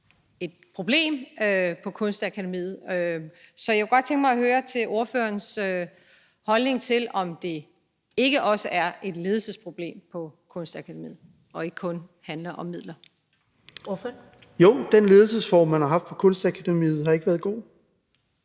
et problem på Kunstakademiet. Så jeg kunne godt tænke mig at høre ordførerens holdning til, om det ikke også er et ledelsesproblem på Kunstakademiet og ikke kun handler om midler. Kl. 20:23 Første næstformand (Karen Ellemann): Ordføreren.